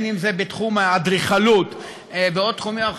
אם בתחום האדריכלות ובעוד תחומים,